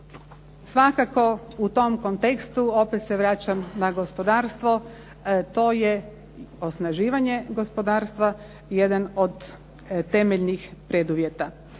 Svakako u tom kontekstu opet se vraćam na gospodarstvo, to je osnaživanje gospodarstva jedan od temeljnih preduvjeta.